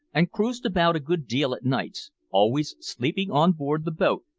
and cruised about a good deal at nights, always sleeping on board the boat,